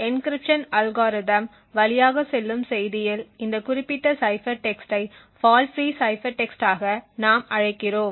encryption algorithm வழியாக செல்லும் செய்தியில் இந்த குறிப்பிட்ட சைபர் டெக்ஸ்டைஃபால்ட் ஃபிரீ சைபர் டெக்ஸ்ட்ஆக நாம் அழைக்கிறோம்